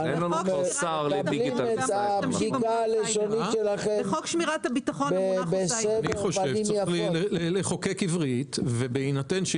אנחנו מבקשים להוסיף כאן חובת יידוע מידית של